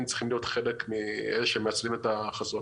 צריכים להיות חלק מאלה שמייצרים את החזון.